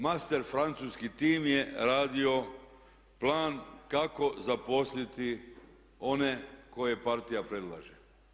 Master francuski tim je radio plan kako zaposliti one koje partija predlaže.